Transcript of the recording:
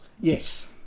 Yes